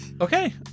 Okay